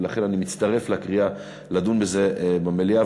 ולכן אני מצטרף לקריאה לדון בזה במליאה.